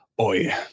oi